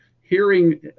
hearing